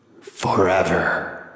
forever